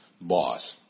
boss